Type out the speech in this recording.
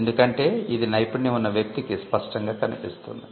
ఎందుకంటే ఇది నైపుణ్యం ఉన్న వ్యక్తికి స్పష్టంగా కనిపిస్తుంది